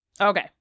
Okay